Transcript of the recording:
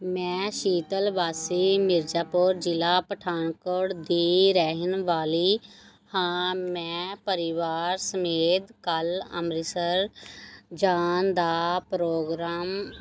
ਮੈਂ ਸ਼ੀਤਲ ਵਾਸੀ ਮਿਰਜ਼ਾਪੁਰ ਜ਼ਿਲ੍ਹਾ ਪਠਾਨਕੋਟ ਦੀ ਰਹਿਣ ਵਾਲੀ ਹਾਂ ਮੈਂ ਪਰਿਵਾਰ ਸਮੇਤ ਕੱਲ੍ਹ ਅੰਮ੍ਰਿਤਸਰ ਜਾਣ ਦਾ ਪ੍ਰੋਗਰਾਮ